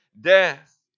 death